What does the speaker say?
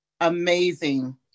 amazing